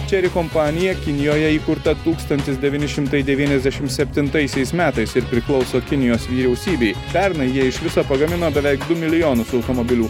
chery kompanija kinijoje įkurta tūkstantis devyni šimtai devyniasdešimt septintaisiais metais ir priklauso kinijos vyriausybei pernai jie iš viso pagamino beveik du milijonus automobilių